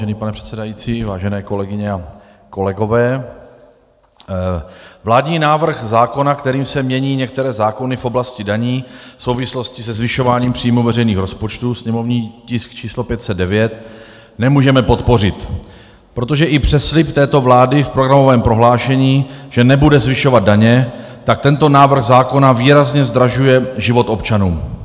Vážený pane předsedající, vážené kolegyně a kolegové, vládní návrh zákona, kterým se mění některé zákony v oblasti daní v souvislosti se zvyšováním příjmů veřejných rozpočtů, sněmovní tisk č. 509, nemůžeme podpořit, protože i přes slib této vlády v programovém prohlášení, že nebude zvyšovat daně, tento návrh zákona výrazně zdražuje život občanům.